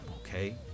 okay